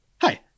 hi